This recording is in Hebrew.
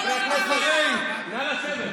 --- חברי הכנסת, נא לשבת.